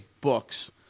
books